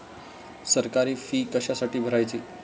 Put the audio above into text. सरकारी फी कशासाठी भरायची